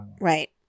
Right